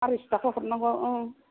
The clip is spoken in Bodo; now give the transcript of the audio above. आरायस' थाखा हरनांगौ ओं